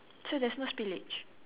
so there's no spillage